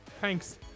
thanks